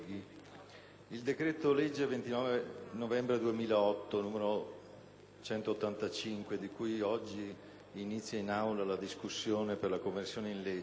il decreto-legge 29 novembre 2008, n. 185, di cui oggi inizia in Aula la discussione per la conversione in legge,